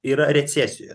yra recesijo